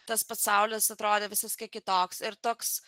tas pasaulis atrodė visiškai kitoks ir toks